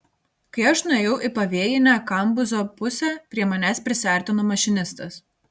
kai aš nuėjau į pavėjinę kambuzo pusę prie manęs prisiartino mašinistas